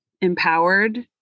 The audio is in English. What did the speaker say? empowered